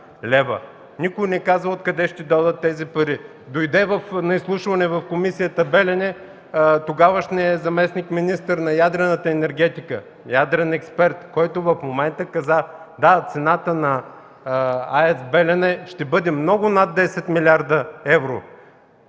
Никой не казва откъде ще дойдат тези пари. На изслушване в комисията „Белене” дойде тогавашният заместник-министър на ядрената енергетика, ядрен експерт, който каза: „Да, цената на АЕЦ „Белене” ще бъде много – над 10 млрд. евро”.